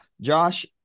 Josh